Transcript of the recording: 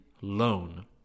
Loan